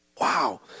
Wow